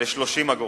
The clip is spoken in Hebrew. ל-30 אגורות.